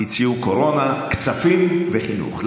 הציעו קורונה, כספים וחינוך.